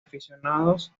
aficionados